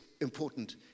important